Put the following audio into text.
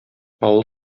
авыл